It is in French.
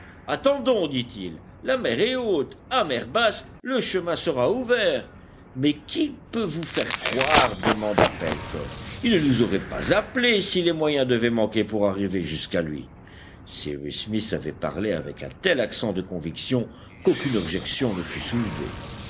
attendons dit-il la mer est haute à mer basse le chemin sera ouvert mais qui peut vous faire croire demanda pencroff il ne nous aurait pas appelés si les moyens devaient manquer pour arriver jusqu'à lui cyrus smith avait parlé avec un tel accent de conviction qu'aucune objection ne fut soulevée